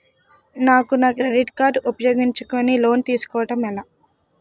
నాకు నా credit card ఉపయోగించుకుని లోన్ తిస్కోడం ఎలా?